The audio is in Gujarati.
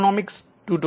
નમસ્કાર